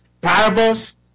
parables